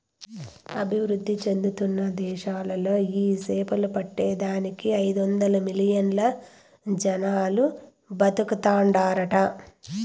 అభివృద్ధి చెందుతున్న దేశాలలో ఈ సేపలు పట్టే దానికి ఐదొందలు మిలియన్లు జనాలు బతుకుతాండారట